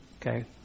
Okay